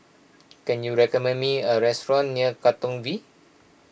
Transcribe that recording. can you recommend me a restaurant near Katong V